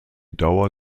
dauer